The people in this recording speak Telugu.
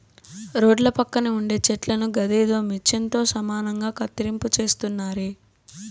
రోడ్ల పక్కన ఉండే చెట్లను గదేదో మిచన్ తో సమానంగా కత్తిరింపు చేస్తున్నారే